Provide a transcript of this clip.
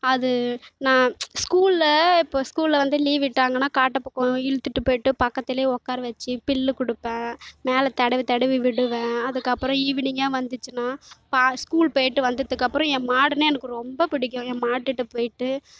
அது நான் ஸ்கூலில் இப்போ ஸ்கூலில் வந்து லீவ் விட்டாங்கன்னால் காட்டுப்பக்கம் இழுத்துட்டு போய்விட்டு பக்கத்துலேயே உட்கார வச்சு புல்லு கொடுப்பேன் மேலே தடவி தடவி விடுவேன் அதுக்கப்புறம் ஈவனிங்காக வந்துச்சுன்னால் பா ஸ்கூல் போய்விட்டு வந்ததுக்கப்புறம் என் மாடுனால் எனக்கு ரொம்ப பிடிக்கும் என் மாட்டுகிட்ட போய்விட்டு